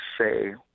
say